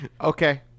Okay